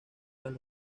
las